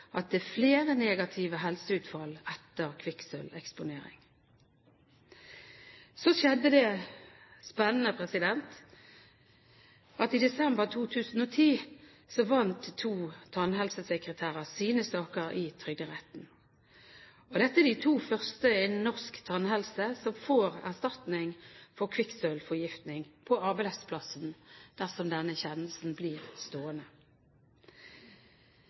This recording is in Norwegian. at det er flere negative helseutfall etter kvikksølveksponering. Så skjedde det spennende i desember 2010 at to tannhelsesekretærer vant sine saker i Trygderetten. Dette er de to første innen norsk tannhelse som får erstatning for kvikksølvforgiftning på arbeidsplassen, dersom denne kjennelsen blir stående.